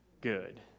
good